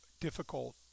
difficult